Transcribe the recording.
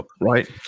right